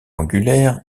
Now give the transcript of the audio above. angulaire